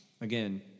Again